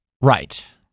Right